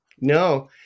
No